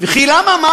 וכי למה?